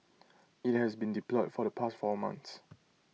IT has been deployed for the past four months